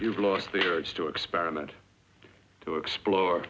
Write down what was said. you've lost their rights to experiment to explore